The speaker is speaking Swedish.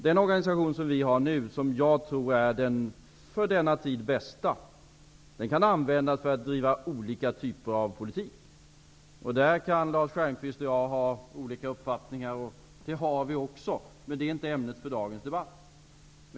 Den organisation som vi har nu, och som jag tror är den för tiden bästa, kan användas för att driva olika typer av politik. Detta kan Lars Stjernkvist och jag ha olika uppfattningar om, och det har vi också, men det är inte ämnet för dagens debatt.